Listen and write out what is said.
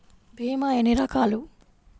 భీమ ఎన్ని రకాలు?